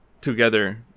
together